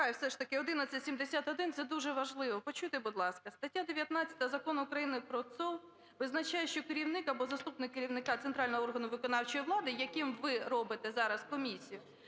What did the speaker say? визначає, що керівник або заступник керівника центрального органу виконавчої влади, яким ви робите зараз комісію,